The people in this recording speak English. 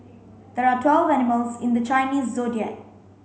there are twelve animals in the Chinese Zodiac